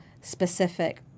specific